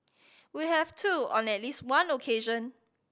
we have too on at least one occasion